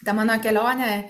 ta mano kelionė